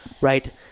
right –